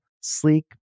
sleek